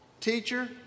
Teacher